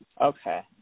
Okay